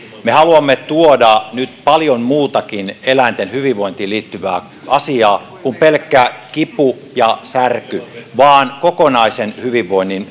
me haluamme tuoda nyt paljon muutakin eläinten hyvinvointiin liittyvää asiaa kuin pelkkä kipu ja särky haluamme tuoda kokonaisen hyvinvoinnin